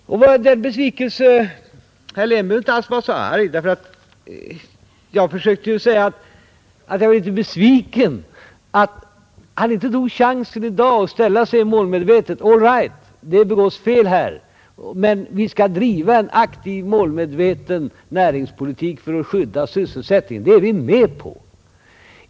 Herr Helén behöver inte alls vara så arg, ty jag försökte ju säga att jag är en smula besviken över att han inte tog chansen i dag att ställa sig målmedveten: All right. Det begås fel här, men vi skall driva en aktiv målmedveten näringspolitik för att skydda sysselsättningen. Det är vi med på.